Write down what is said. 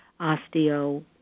osteo